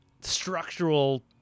structural